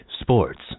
sports